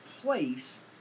place